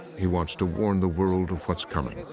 he wants to warn the world of what's coming.